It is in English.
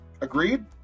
Agreed